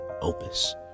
opus